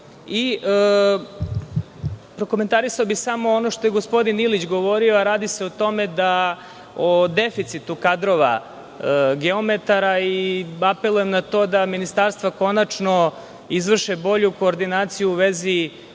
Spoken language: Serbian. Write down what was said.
razmisli. Prokomentarisao bih samo ono što je gospodin Ilić govorio, a radi se o deficitu kadrova geometara i apelujem na to da Ministarstvo konačno izvrši bolju koordinaciju u vezi